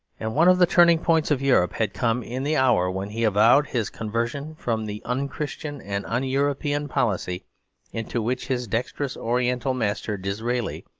and one of the turning-points of europe had come in the hour when he avowed his conversion from the un-christian and un-european policy into which his dexterous oriental master, disraeli,